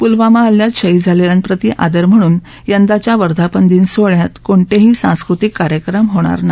पुलवामा हल्ल्यात शहीद झालेल्यांप्रती आदर म्हणून यंदाच्या वर्धापन दिन सोहळ्यात कोणतेही सांस्कृतिक कार्यक्रम होणार नाही